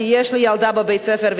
יש לי ילדה בבית-ספר,